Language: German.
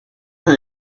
eine